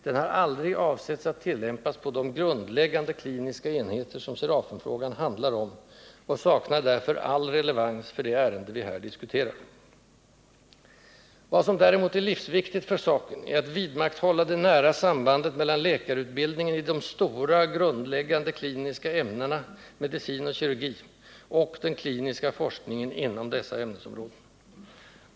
Den har aldrig avsetts att tillämpas på de grundläggande kliniska enheter som Serafenfrågan handlar om, och den saknar därför all relevans för det ärende vi här diskuterar. Vad som däremot är livsviktigt för saken är att vidmakthålla det nära sambandet mellan läkarutbildningen i de stora grundläggande kliniska ämnena medicin och kirurgi och den kliniska forskningen inom dessa ämnesområden.